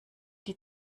die